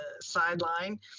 sideline